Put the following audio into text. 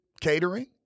catering